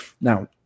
now